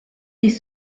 des